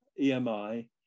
EMI